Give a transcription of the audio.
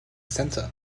centre